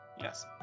Yes